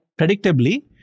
predictably